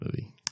movie